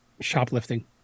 Shoplifting